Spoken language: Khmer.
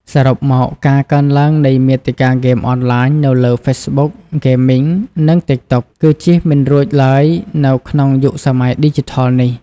សរុបមក ការកើនឡើងនៃមាតិកាហ្គេមអនឡាញនៅលើ ហ្វេសបុក ហ្គេមីង និង ទីកតុក គឺជៀសមិនរួចឡើយនៅក្នុងយុគសម័យឌីជីថលនេះ។